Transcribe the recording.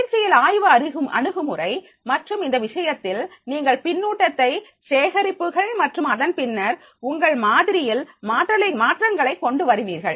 பயிற்சியில் ஆய்வு அணுகுமுறை மற்றும் இந்த விஷயத்தில் நீங்கள் பின்னூட்டத்தை சேகரிப்புகள் மற்றும் அதன் பின்னர் உங்கள் மாதிரியில் மாற்றங்களை கொண்டு வருவீர்கள்